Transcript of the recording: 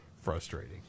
frustrating